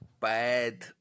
bad